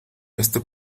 este